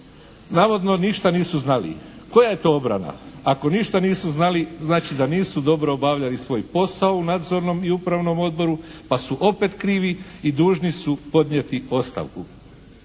navodno ništa nisu znali. Koja je to obrana ako ništa nisu znali, znači da nisu dobro obavljali svoj posao u nadzornom i upravnom odboru pa su opet krivi i dužni su podnijeti ostavku.